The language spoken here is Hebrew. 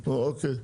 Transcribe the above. אוקיי.